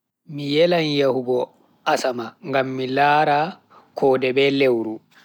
Mi yelan yahugo asama ngam mi laara koode be lewru.